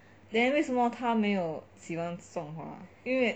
then 为什么他没有喜欢种花因为